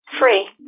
Free